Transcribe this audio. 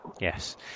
Yes